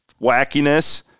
wackiness